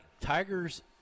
Tiger's